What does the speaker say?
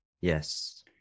yes